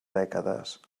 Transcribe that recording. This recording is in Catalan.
dècades